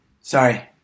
Sorry